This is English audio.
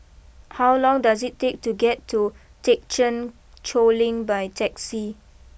how long does it take to get to Thekchen Choling by taxi